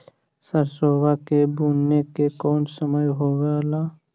सरसोबा के बुने के कौन समय होबे ला?